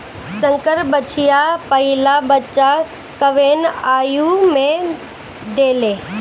संकर बछिया पहिला बच्चा कवने आयु में देले?